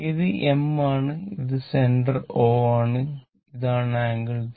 ഇത് M ആണ് ഇത് സെന്റര് O ആണ് ഇതാണ് ആംഗിൾ θ